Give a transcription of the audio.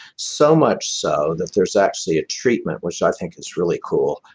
so much so that there's actually a treatment, which i think is really cool,